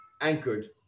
anchored